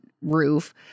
roof